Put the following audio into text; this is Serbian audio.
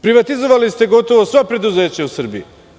Privatizovali ste gotovo sva preduzeća u Srbiji.